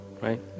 right